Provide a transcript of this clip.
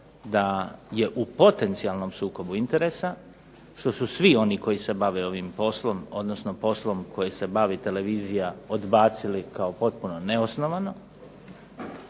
da je u potencijalnom sukobu interesa, što su svi oni koji se bave ovim poslom, odnosno poslom koji se bavi televizija odbacili kao potpuno neosnovano,